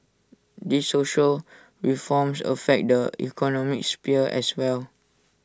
these social reforms affect the economic sphere as well